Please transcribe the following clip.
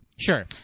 Sure